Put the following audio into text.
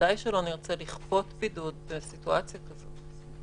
וודאי שלא נרצה לכפות בידוד בסיטואציה כזאת.